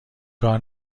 کار